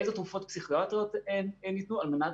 אילו תרופות פסיכיאטריות הם נתנו על מנת